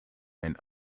and